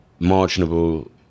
marginable